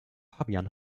fabian